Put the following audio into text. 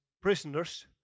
prisoners